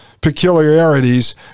peculiarities